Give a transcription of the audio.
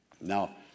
Now